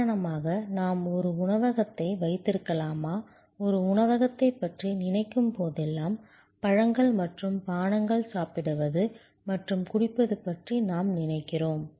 உதாரணமாக நாம் ஒரு உணவகத்தை வைத்திருக்கலாமா ஒரு உணவகத்தைப் பற்றி நினைக்கும்போதெல்லாம் பழங்கள் மற்றும் பானங்கள் சாப்பிடுவது மற்றும் குடிப்பது பற்றி நாம் நினைக்கிறோம்